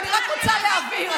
אני רק רוצה להבהיר,